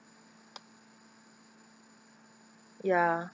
ya